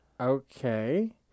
Okay